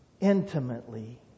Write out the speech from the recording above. intimately